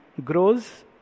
grows